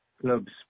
clubs